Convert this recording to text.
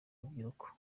urubyiruko